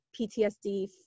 PTSD